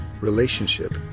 relationship